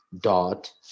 dot